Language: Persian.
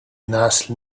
نسل